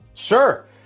Sure